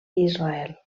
israel